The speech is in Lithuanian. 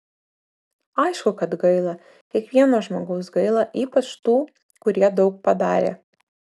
aišku kad gaila kiekvieno žmogaus gaila ypač tų kurie daug padarė